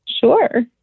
Sure